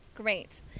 great